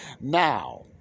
now